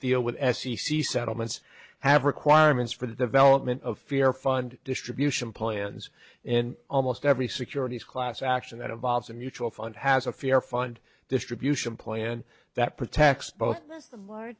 feel with s c c settlements have requirements for the development of fear fund distribution plans in almost every securities class action that involves a mutual fund has a fair fund distribution plan that protects both